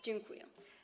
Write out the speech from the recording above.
Dziękuję.